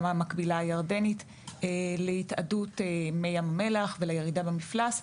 המקבילה הירדנית להתאדות מי ים המלח ולירידה במפלס,